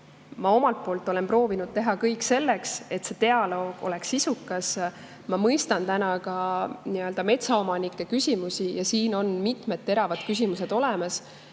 Ma omalt poolt olen proovinud teha kõik selleks, et see dialoog oleks sisukas. Ma mõistan ka metsaomanike küsimusi, siin on mitmed teravad probleemid olemas.